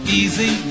easy